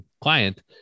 client